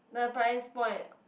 the price point